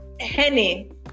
Henny